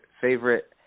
favorite